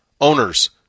owners